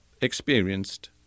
experienced